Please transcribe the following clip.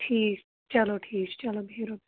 ٹھیٖک چلو ٹھیٖک چھُ چلو بِہِو رۄبَس حوال